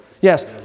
Yes